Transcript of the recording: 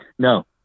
No